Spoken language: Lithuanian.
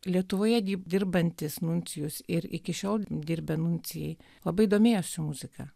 lietuvoje dirbantis nuncijus ir iki šiol dirbę nuncijai labai domėjosi muzika